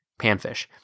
panfish